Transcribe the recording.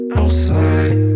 outside